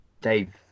Dave